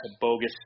bogus